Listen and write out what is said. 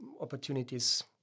opportunities